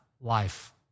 life